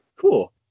Cool